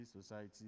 Society